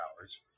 hours